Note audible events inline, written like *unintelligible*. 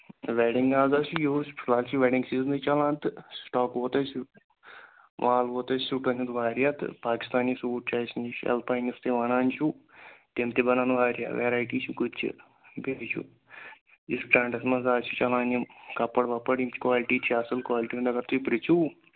wedding *unintelligible* چھِ یِہُس فِلحال چھِ وٮ۪ڈِنٛگ سیٖزنٕے چلان تہٕ سِٹاک ووت اَسہِ مال ووت اَسہِ سوٗٹَن ہُنٛد واریاہ تہٕ پاکِستانی سوٗٹ چھِ اَسہِ نِش اٮ۪لپایِن یُس تُہۍ وَنان چھُو تِم تہِ بَنَن واریاہ وٮ۪رایٹی چھِ گُتجہِ *unintelligible* یُس ٹرٛٮ۪نڈَس منٛز آز چھِ چلان یِم کَپَر وَپَر یِم چھِ کالٹی چھِ اَصٕل کالٹی ہُنٛد اگر تُہۍ پِرٛژھِو